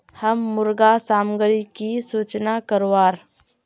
हम मुर्गा सामग्री की सूचना करवार?